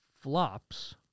flops